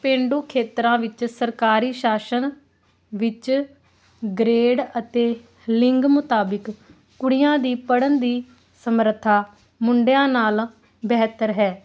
ਪੇਂਡੂ ਖੇਤਰਾਂ ਵਿੱਚ ਸਰਕਾਰੀ ਸ਼ਾਸਨ ਵਿੱਚ ਗਰੇਡ ਅਤੇ ਲਿੰਗ ਮੁਤਾਬਿਕ ਕੁੜੀਆਂ ਦੀ ਪੜ੍ਹਨ ਦੀ ਸਮਰੱਥਾ ਮੁੰਡਿਆਂ ਨਾਲ ਬਿਹਤਰ ਹੈ